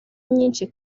nyinshi